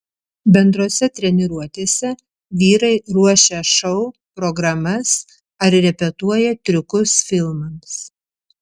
bendrose treniruotėse vyrai ruošia šou programas ar repetuoja triukus filmams